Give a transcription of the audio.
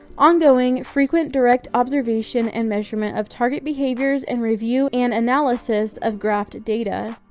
ongoing, frequent, direct observation and measurement of target behaviors, and review and analysis of graphed data.